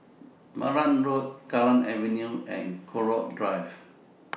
Malan Road Kallang Avenue and Connaught Drive